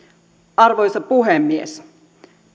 arvoisa puhemies